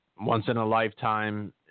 once-in-a-lifetime